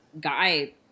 guy